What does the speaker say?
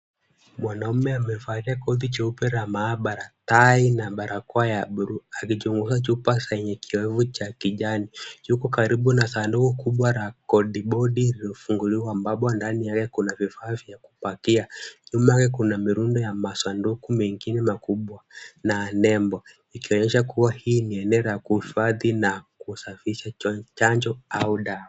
Mwanamume amevalia koti jeupe la maabara, tai na barakoa ya bluu akichunguza chupa zenye kioevu cha kijani, yuko karibu na sanduku kubwa la kadibodi lililofunguliwa ambapo ndani yake kuna vifaa vya kupakia, nyuma yake kuna mirundo ya masanduku mengine makubwa na nembo ikionyesha kuwa hii ni eneo la kuhifadhi na kusafisha chanjo au dawa.